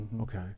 Okay